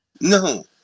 No